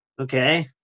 Okay